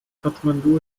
kathmandu